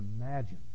imagine